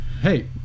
Hey